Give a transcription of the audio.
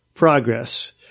progress